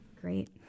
Great